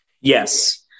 Yes